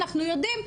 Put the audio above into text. אנחנו יודעים,